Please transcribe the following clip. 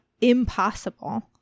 impossible